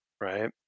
right